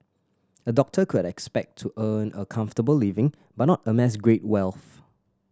a doctor could expect to earn a comfortable living but not amass great wealth